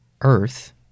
earth